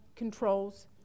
controls